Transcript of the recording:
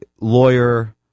lawyer